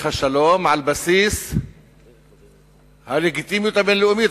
השלום על בסיס הלגיטימיות הבין-לאומית,